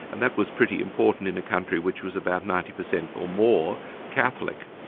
and that was pretty important in a country which was about ninety per cent or more catholic.